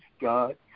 God